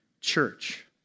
church